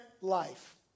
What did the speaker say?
life